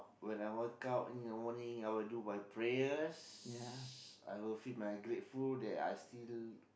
when I wake up in the morning I will do my prayers I will feel my grateful that I still do